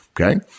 okay